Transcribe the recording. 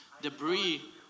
debris